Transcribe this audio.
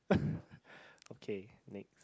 okay next